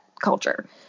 culture